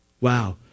Wow